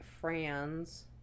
friends